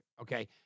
okay